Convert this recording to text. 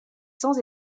sans